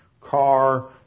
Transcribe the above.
car